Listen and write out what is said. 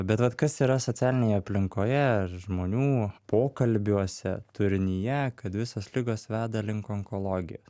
bet vat kas yra socialinėje aplinkoje žmonių pokalbiuose turinyje kad visos ligos veda link onkologijo